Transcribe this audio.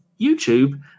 YouTube